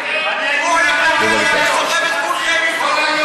הוא יסחוב את כולכם לכלא,